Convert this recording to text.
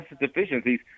deficiencies